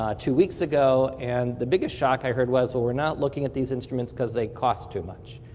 um two weeks ago, and the biggest shock i heard was we're we're not looking at these instruments because they cost too much.